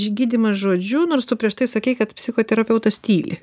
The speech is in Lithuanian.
išgydymas žodžiu nors tu prieš tai sakei kad psichoterapeutas tyli